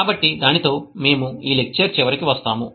కాబట్టి దానితో మేము ఈ లెక్చర్ చివరికి వస్తాము